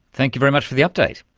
thank you very much for the update.